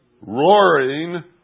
roaring